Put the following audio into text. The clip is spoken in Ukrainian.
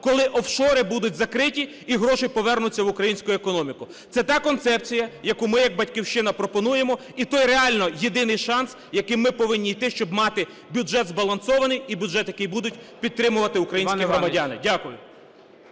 коли офшори будуть закриті, і гроші повернуться в українську економіку. Це та концепція, яку ми як "Батьківщина" пропонуємо, і той реально єдиний шанс, яким ми повинні йти, щоб мати бюджет збалансований, і бюджет, який будуть підтримувати українські громадяни. Дякую.